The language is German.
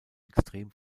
extrem